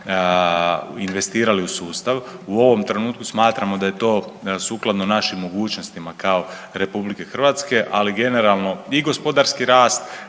investirali u sustav u ovom trenutku smatramo da je to sukladno našim mogućnostima kao RH, ali generalno i gospodarski rast